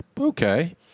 okay